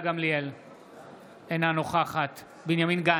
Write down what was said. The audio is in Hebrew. אינה נוכחת בנימין גנץ,